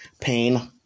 pain